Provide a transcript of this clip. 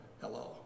Hello